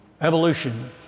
Evolution